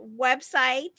website